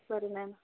വരണേ